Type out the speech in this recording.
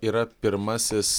yra pirmasis